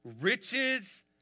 riches